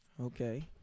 Okay